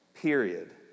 period